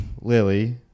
Lily